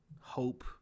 hope